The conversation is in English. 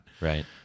Right